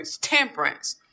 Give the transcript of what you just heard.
temperance